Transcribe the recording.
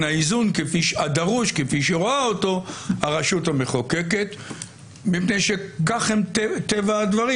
האיזון הדרוש כפי שרואה אותו הרשות המחוקקת מפני שזה טבע הדברים.